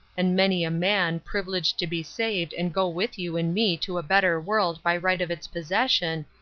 and many a man, privileged to be saved and go with you and me to a better world by right of its possession,